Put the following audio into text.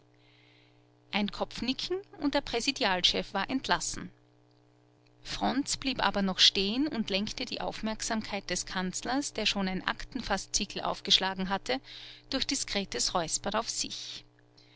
ein kopfnicken und der präsidialchef war entlassen fronz blieb aber noch stehen und lenkte die aufmerksamkeit des kanzlers der schon ein aktenfaszikel aufgeschlagen hatte durch diskretes räuspern auf sich